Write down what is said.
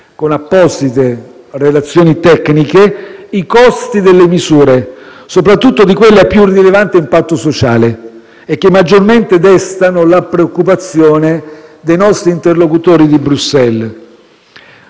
con apposite relazioni tecniche, i costi delle misure, soprattutto di quelle a più rilevante impatto sociale e che maggiormente destano la preoccupazione dei nostri interlocutori di Bruxelles.